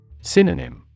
Synonym